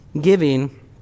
Giving